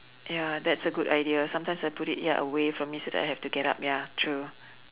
ya that's a good idea sometimes I put it ya away from me so that I have to get up ya true